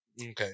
Okay